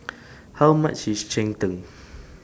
How much IS Cheng Tng